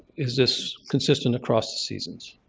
is this consistent across the seasons?